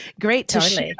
great